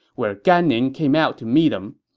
where gan ning came out to meet him.